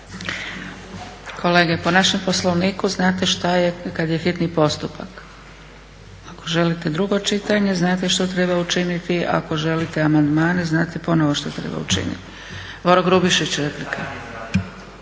Kolege, po našem Poslovniku znate šta je kad je hitni postupak. Ako želite drugo čitanje znate što treba učiniti, ako želite amandmane znate ponovno što treba učiniti. Boro Grubišić, replika.